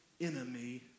enemy